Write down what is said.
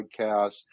podcasts